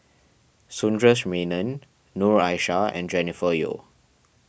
Sundaresh Menon Noor Aishah and Jennifer Yeo